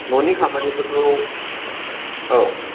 न'नि खामानिफोरखौ औ